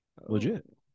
Legit